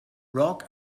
rock